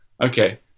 Okay